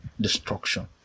destruction